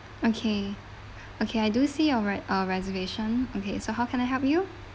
okay okay I do see your re~ uh reservation okay so how can I help you